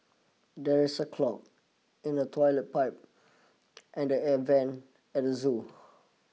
there is a clog in the toilet pipe and the air vent at the zoo